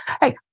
Hey